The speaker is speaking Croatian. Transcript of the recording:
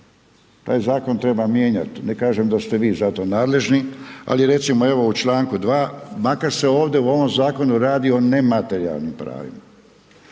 taj zakon treba mijenjati. Ne kažem da ste vi za to nadležni, ali recimo evo, u čl. 2. makar se ovdje u ovom zakonu radi o nematerijalnim pravima.